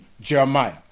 Jeremiah